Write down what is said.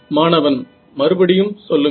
மாணவன் மறுபடியும் சொல்லுங்கள்